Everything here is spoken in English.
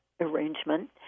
arrangement